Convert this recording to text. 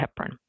heparin